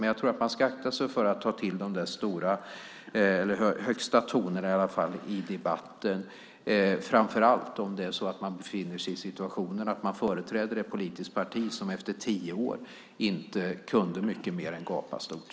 Men jag tror att man ska akta sig för att ta till de högsta tonerna i debatten, framför allt om man befinner sig i den situationen att man företräder ett politiskt parti som efter tio år inte kunde mycket mer än gapa stort.